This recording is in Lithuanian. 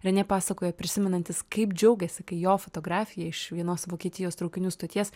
renė pasakojo prisimenantis kaip džiaugėsi kai jo fotografija iš vienos vokietijos traukinių stoties